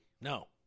No